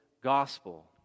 gospel